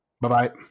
Bye-bye